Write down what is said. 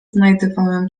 znajdywałem